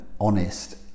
honest